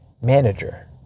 manager